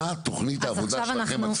מה תוכנית העבודה שלכם,